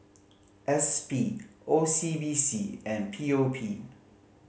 S P O C B C and P O P